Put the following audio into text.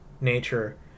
nature